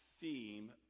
theme